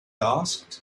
asked